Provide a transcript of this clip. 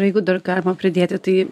jeigu dar galima pridėti tai